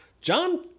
John